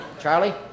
Charlie